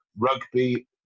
Rugby